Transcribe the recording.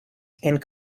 and